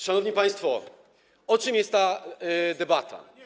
Szanowni państwo, o czym jest ta debata?